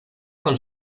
con